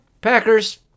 Packers